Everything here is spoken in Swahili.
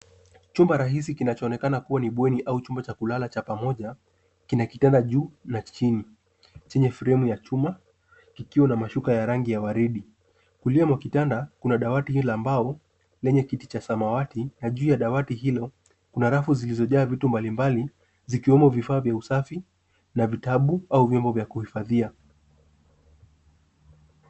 Chumba rahisi kinachoonekana kuwa ni kibweni au chumba cha kulala cha pamoja, kina kitanda juu na chini, chenye fremu ya chuma, kikiwa na mashuka ya rangi ya waridi. Kulia mwa kitanda, kuna dawati hii la mbao lenye kiti cha samawati na juu ya dawati hilo, kuna rafu zilizojaa vitu mbalimbali, zikiwemo vifaa vya usafi na vitabu au vyombo vya kuhifadhia.